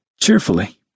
Cheerfully